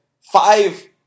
five